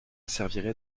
servirait